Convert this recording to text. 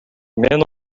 мен